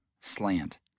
slant